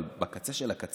אבל בקצה של הקצה,